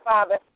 Father